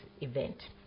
event